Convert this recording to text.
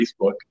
Facebook